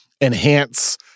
enhance